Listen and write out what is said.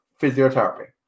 physiotherapy